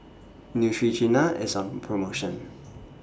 Neutrogena IS on promotion